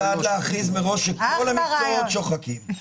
אני בעד להכניס את כל המקצועות כמקצועות שוחקים.